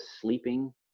sleeping